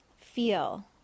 feel